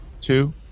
two